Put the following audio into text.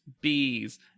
bees